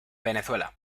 venezuela